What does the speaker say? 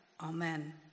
Amen